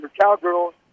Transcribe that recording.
cowgirls